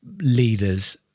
leaders